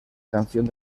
canción